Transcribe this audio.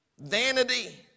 vanity